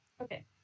Okay